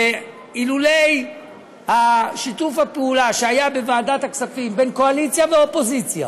אילולא שיתוף הפעולה שהיה בוועדת הכספים בין קואליציה לאופוזיציה,